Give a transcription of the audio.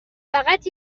فقط